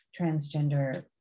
transgender